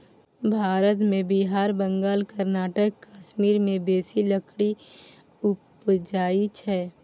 भारत मे बिहार, बंगाल, कर्नाटक, कश्मीर मे बेसी लकड़ी उपजइ छै